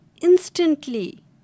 instantly